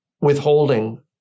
withholding